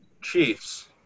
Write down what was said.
Chiefs